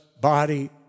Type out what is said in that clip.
body